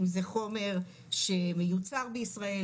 אם זה חומר שמיוצר בישראל,